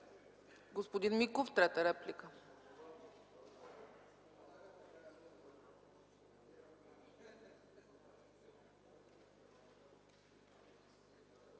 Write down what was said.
Господин Миков – трета реплика.